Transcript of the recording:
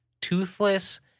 toothless